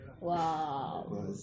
Wow